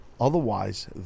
otherwise